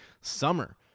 summer